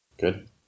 Good